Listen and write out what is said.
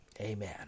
amen